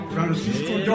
Francisco